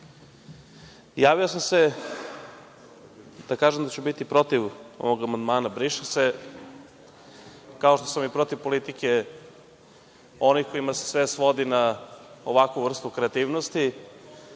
javio sam se da kažem da ću biti protiv ovog amandmana „briše se“, kao što sam i protiv politike onih kojima se svodi na ovakvu vrstu kreativnosti,